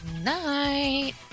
night